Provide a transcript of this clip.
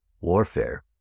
warfare